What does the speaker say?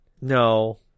No